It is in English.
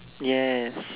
yes